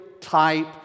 type